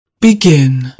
Begin